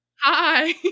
hi